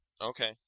Okay